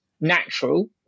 natural